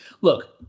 Look